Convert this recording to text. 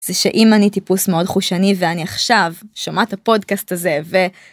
זה שאם אני טיפוס מאוד חושני ואני עכשיו שומעת את הפודקאסט הזה ו..